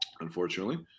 unfortunately